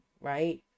right